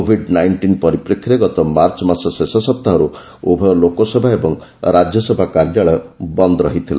Covid nineteen ପରିପ୍ରେକ୍ଷୀରେ ଗତ March ମାସ ଶେଷ ସପ୍ତାହରୁ ଉଭୟ ଲୋକସଭା ଏବଂ ରାଜ୍ୟସଭା କାର୍ଯ୍ୟାଳୟ ବନ୍ଦ ରହିଥିଲା